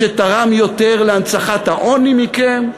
שתרם יותר להנצחת העוני מכם,